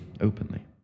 openly